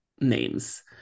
names